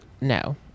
No